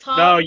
no